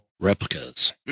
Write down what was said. replicas